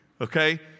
okay